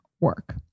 work